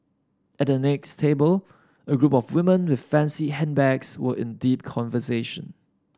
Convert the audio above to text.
at the next table a group of women with fancy handbags were in deep conversation